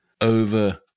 over